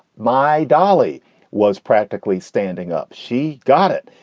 my dolly was practically standing up. she got it.